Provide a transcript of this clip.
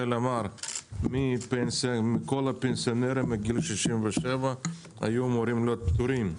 שכל הפנסיונרים מגיל 67 יהיו פטורים.